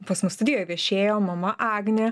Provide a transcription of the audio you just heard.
pas mus studijoj viešėjo mama agnė